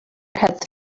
had